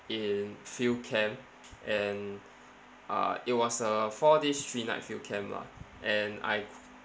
in field camp and uh it was a four days three night field camp lah and I